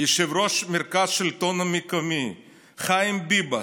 יושב-ראש מרכז השלטון המקומי חיים ביבס,